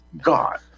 God